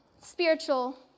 spiritual